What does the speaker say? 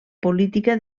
política